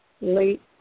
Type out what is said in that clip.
late